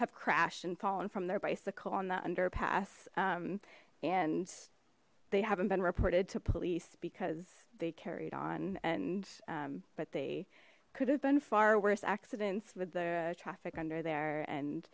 have crashed and fallen from their bicycle on the underpass and they haven't been reported to police because they carried on and but they could have been far worse accidents with the traffic under there and